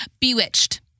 Bewitched